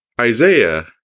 Isaiah